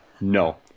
No